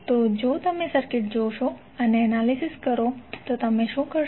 તો જો તમે સર્કિટ જોશો અને એનાલિસિસ કરો તો તમે શું કરશો